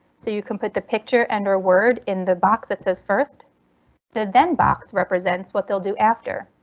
so you can put the picture and or word in the box that says first. the then box represents what they'll do after,